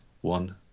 One